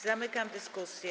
Zamykam dyskusję.